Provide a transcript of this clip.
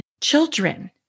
children